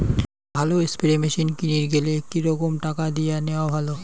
ভালো spray machine কিনির গেলে কি রকম টাকা দিয়া নেওয়া ভালো?